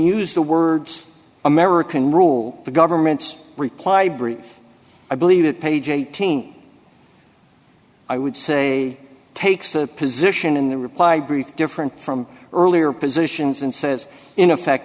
use the words american rule the government's reply brief i believe that page eighteen i would say takes a position in the reply brief different from earlier positions and says in effect